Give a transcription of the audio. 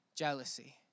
Jealousy